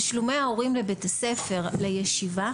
תשלומי ההורים לבית הספר לישיבה,